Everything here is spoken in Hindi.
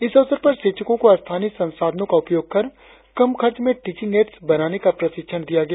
इस अवसर पर शिक्षको को स्थानीय संसाधनो का उपयोग कर कम खर्च में टिचिंग एँड्स बनाने का प्रशिक्षण दिया गया